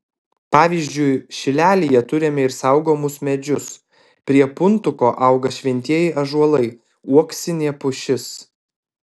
pavyzdžiui šilelyje turime ir saugomus medžius prie puntuko auga šventieji ąžuolai uoksinė pušis